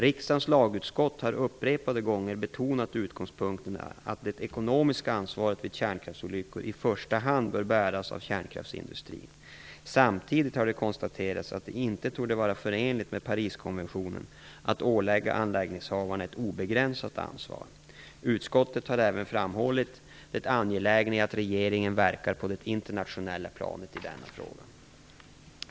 Riksdagen lagutskott har upprepade gånger betonat utgångspunkten att det ekonomiska ansvaret vid kärnkraftsolyckor i första hand bör bäras av kärnkraftsindustrin. Samtidigt har det konstaterats att det inte torde vara förenligt med Pariskonventeionen att ålägga anläggningsinnehavarna ett obegränsat ansvar. Utskottet har även framhållit det angelägna i att regeringen verkar på det internationella planet i denna fråga.